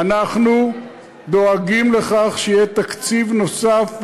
אנחנו דואגים לכך שיהיה תקציב נוסף,